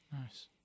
Nice